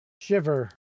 Shiver